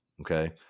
Okay